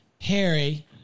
Harry